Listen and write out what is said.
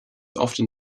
often